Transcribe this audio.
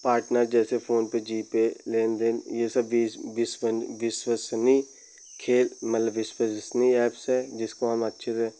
partner जैसे PhonePe GPay लेनदेन ये सब भी इस विश्वसनीय के मतलब विश्वसनीय एप्स है जिसको हम अच्छे से